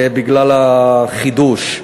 בגלל החידוש.